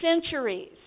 centuries